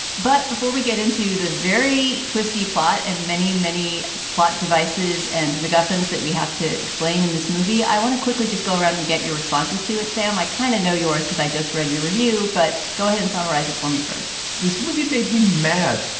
but before we get into the very twisty plot and many, many plot devices and mcmuffins that we have to explain in this movie, i want to quickly just go around and get your responses to it. sam, i kind of know yours because i just read your review, but go ahead and summarize it for me first this movie made me mad.